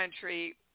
country